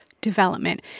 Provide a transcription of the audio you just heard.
development